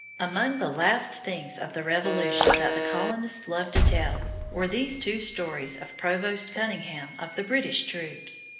among the last things of the revolution that the colonists loved to tell, were these two stories of provost cunningham of the british troops.